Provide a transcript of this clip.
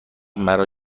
مرا